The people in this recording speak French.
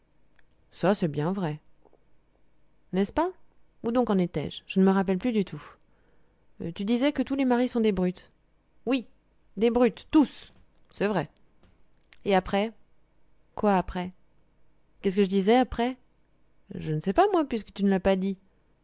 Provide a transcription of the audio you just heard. ça c'est bien vrai n'est-ce pas où donc en étais-je je ne me rappelle plus du tout tu disais que tous les maris sont des brutes oui des brutes tous c'est vrai et après quoi après qu'est-ce que je disais après je ne sais pas moi puisque tu ne l'as pas dit